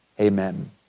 Amen